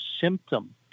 symptom